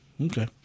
Okay